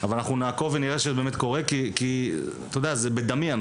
נעקוב ונראה שזה קורה כי הנושא הזה בדמי.